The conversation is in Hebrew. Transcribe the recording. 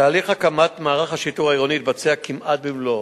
תהליך הקמת מערך השיטור העירוני התבצע כמעט במלואו.